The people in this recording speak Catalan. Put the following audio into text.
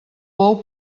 bou